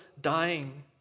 dying